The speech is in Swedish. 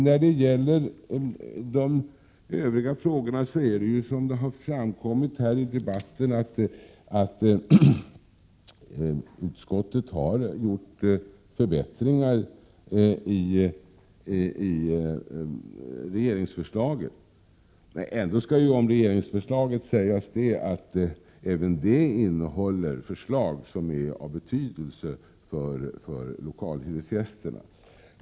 När det gäller de övriga frågorna har utskottet, vilket har framkommit här i debatten, gjort förbättringar i regeringsförslaget. Ändå skall sägas att även det innehåller förslag som är av betydelse för lokalhyresgästerna.